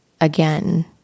again